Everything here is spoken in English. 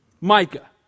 Micah